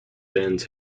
benz